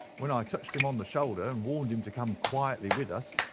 when i touched him on the shoulder and warned him to come quietly with us,